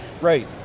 Right